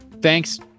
Thanks